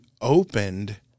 opened